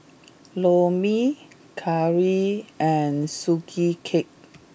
Lor Mee Curry and Sugee Cake